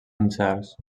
incerts